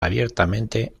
abiertamente